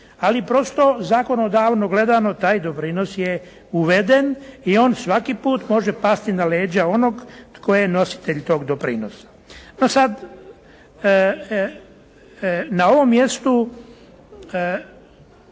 ali prosto zakonodavno gledano, taj doprinos je uveden i on svaki put može pasti na leđa onoga tko je nositelj toga doprinosa. No sada, na ovom mjestu